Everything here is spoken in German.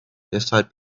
deshalb